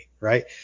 Right